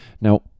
Now